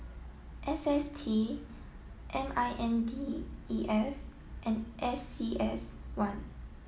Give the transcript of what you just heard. S S T M I N D E F and A C S one